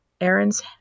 Aaron's